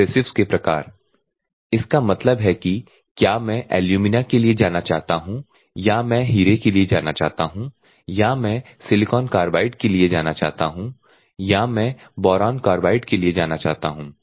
abrasives के प्रकार इसका मतलब है कि क्या मैं एल्यूमिना के लिए जाना चाहता हूं या मैं हीरे के लिए जाना चाहता हूं या मैं सिलिकॉन कार्बाइड जाना चाहता हूं या मैं बोरान कार्बाइड जाना चाहता हूं